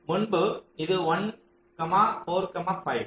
முன்பு இது 1 4 5